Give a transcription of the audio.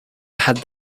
had